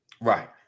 right